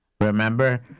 Remember